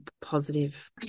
positive